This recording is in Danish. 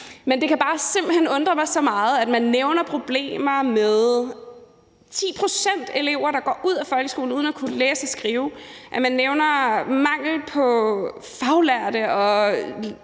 Men det kan bare simpelt hen undre mig så meget, at man nævner problemer med, at 10 pct. af eleverne går ud af folkeskolen uden at kunne læse og skrive, at man nævner manglen på faglærte,